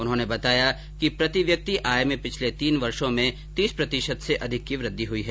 उन्होंने बताया कि प्रति व्यक्ति आय में पिछले तीन वर्षों में तीस प्रतिशत से अधिक की वृद्धि हुई है